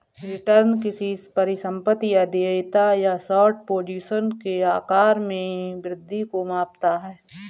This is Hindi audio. रिटर्न किसी परिसंपत्ति या देयता या शॉर्ट पोजीशन के आकार में वृद्धि को मापता है